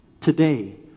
today